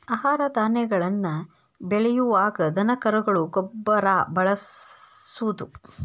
ಆಹಾರ ಧಾನ್ಯಗಳನ್ನ ಬೆಳಿಯುವಾಗ ದನಕರುಗಳ ಗೊಬ್ಬರಾ ಬಳಸುದು